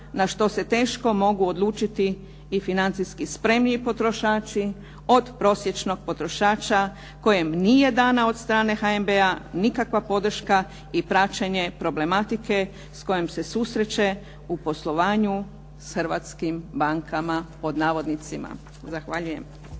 na što se teško mogu odlučiti i financijski spremniji potrošači od prosječnog potrošača kojem nije dana od strane HNB-a nikakva podrška i praćenje problematike s kojom se susreće u poslovanju s hrvatskim bankama, pod navodnicima. Zahvaljujem.